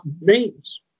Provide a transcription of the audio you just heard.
names